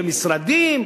ומשרדים.